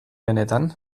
benetan